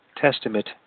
Testament